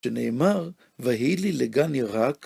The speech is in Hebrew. שנאמר, ויהי לי לגן ירק.